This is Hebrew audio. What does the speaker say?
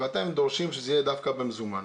אתם דורשים שזה יהיה דווקא במזומן.